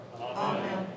Amen